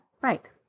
Right